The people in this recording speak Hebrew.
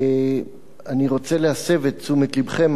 אני רוצה להסב את תשומת לבכם,